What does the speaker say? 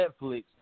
Netflix